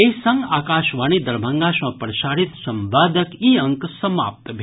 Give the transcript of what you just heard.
एहि संग आकाशवाणी दरभंगा सँ प्रसारित संवादक ई अंक समाप्त भेल